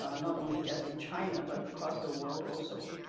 ah not only just in china but across the world also,